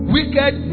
Wicked